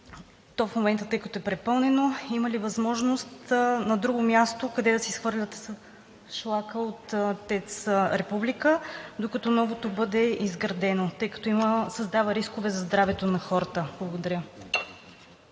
има ли възможност на друго място да се изхвърля шлаката от ТЕЦ „Република“, докато новото бъде изградено, тъй като създава рискове за здравето на хората? Благодаря.